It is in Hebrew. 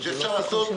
או שזה עודפים